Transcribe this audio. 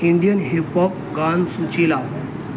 Indian hip hop गानसूची लाव